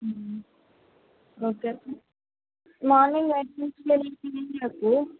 okay morning చెప్పు